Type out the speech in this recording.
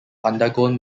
undergone